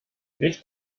nicht